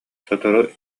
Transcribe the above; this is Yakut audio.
сотору